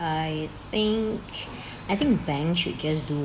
I think I think bank should just do